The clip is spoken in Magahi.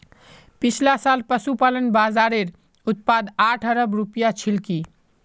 पिछला साल पशुपालन बाज़ारेर उत्पाद आठ अरब रूपया छिलकी